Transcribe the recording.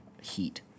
heat